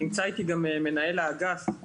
ונמצא איתי גם מנהל האגף,